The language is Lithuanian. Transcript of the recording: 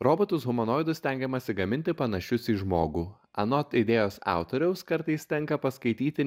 robotus humanoidus stengiamasi gaminti panašius į žmogų anot idėjos autoriaus kartais tenka paskaityti